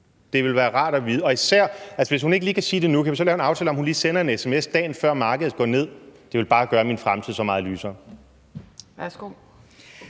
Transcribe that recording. Det ville være rart at vide. Men hvis ikke lige hun kan sige det nu, kunne vi så lave en aftale om, at hun lige sender en sms, dagen før markedet går ned? Det ville bare gøre min fremtid så meget lysere.